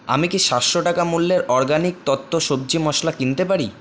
আমি কি সাতশো টাকা মূল্যের অরগ্যাানিক তত্ত্ব সবজি মশলা কিনতে পারি